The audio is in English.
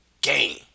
game